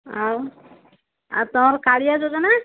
ଆଉ ଆଉ ତୋର କାଳିିଆ ଯୋଜନା